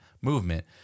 movement